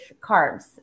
carbs